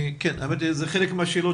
האמת היא שאלה חלק מהשאלות